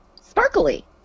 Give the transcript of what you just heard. sparkly